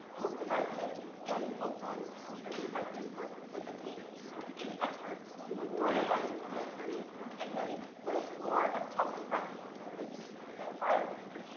local residents, and cultural institutions in texas were participating in efforts to memorialize this history and really push for a public reckoning with this period of violence.